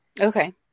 Okay